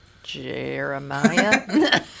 jeremiah